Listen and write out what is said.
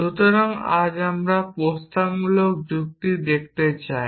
সুতরাং আজ আমরা প্রস্তাবমূলক যুক্তি দেখতে চাই